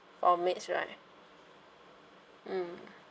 for maids right mm